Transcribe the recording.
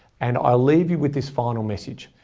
and i leave you with this final message.